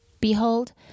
Behold